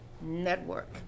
Network